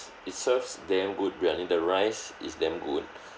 it serves damn good briyani the rice is damn good